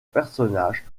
personnage